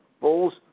Bulls